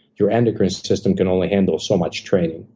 your endocrine system can only handle so much training.